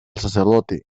sacerdote